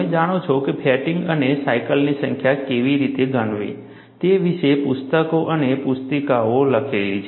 તમે જાણો છો ત્યાં ફેટિગ અને સાયકલની સંખ્યા કેવી રીતે ગણવી તે વિશે પુસ્તકો અને પુસ્તિકાઓ લખેલી છે